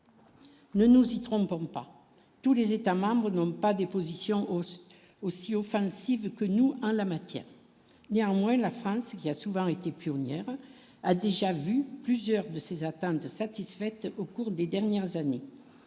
Ne nous y trompons pas, tous les États membres n'ont pas des positions hausse aussi offensive que nous en la matière, il y a un mois, la France qui a souvent été pionnière, a déjà vu plusieurs de ses attentes satisfaite au cours des dernières années,